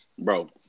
Bro